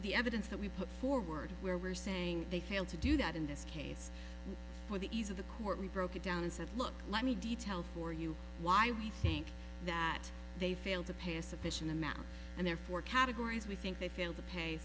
the evidence that we put forward where we are saying they failed to do that in this case for the ease of the court we broke it down and said look let me detail for you why we think that they failed to pay a sufficient amount and therefore categories we think they failed to pay